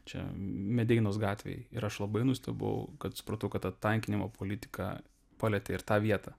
čia medeinos gatvėj ir aš labai nustebau kad supratau kad ta tankinimo politika palietė ir tą vietą